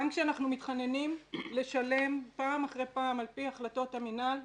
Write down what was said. גם כשאנחנו מתחננים לשלם פעם אחרי פעם על פי החלטות המינהל,